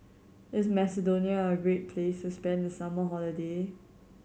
is Macedonia a great place to spend the summer holiday